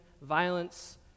violence